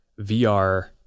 VR